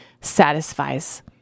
satisfies